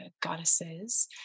goddesses